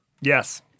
Yes